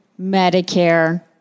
Medicare